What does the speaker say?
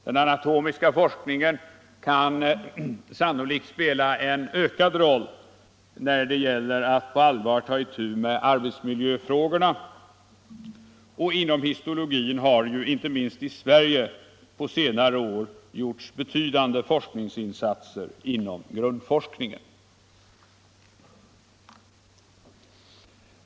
Den anatomiska forskningen kan sannolikt spela en ökad roll när det gäller att på allvar ta itu med arbetsmiljöfrågorna, och inom histologin har i Sverige på senare år gjorts betydande forskningsinsatser inom grundforskningen.